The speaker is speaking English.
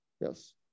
Yes